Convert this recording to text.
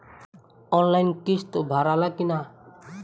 Online किस्त भराला कि ना?